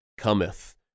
cometh